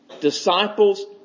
Disciples